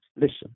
Listen